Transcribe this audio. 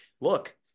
look